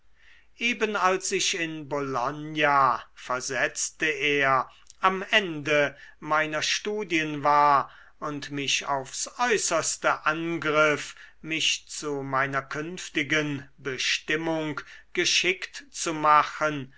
eben als ich in bologna versetzte er am ende meiner studien war und mich aufs äußerste angriff mich zu meiner künftigen bestimmung geschickt zu machen